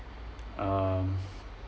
um